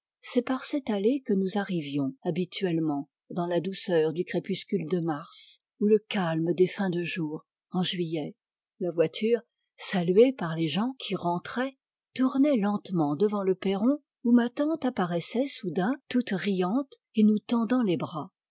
c'est par cette allée que nous arrivions habituellement dans la douceur du crépuscule de mars ou le calme des fins de jour en juillet la voiture saluée parles gens qui rentraient tournait lentement devant le perron où ma tante apparaissait soudain toute riante et nous tendant les bras